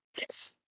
Yes